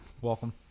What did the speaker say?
Welcome